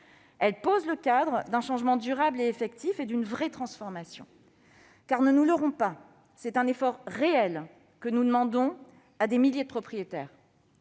Il pose le cadre d'un changement durable et effectif et d'une véritable transformation. Ne nous leurrons pas : c'est un effort réel que nous demandons à des milliers de propriétaires,